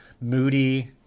moody